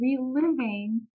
reliving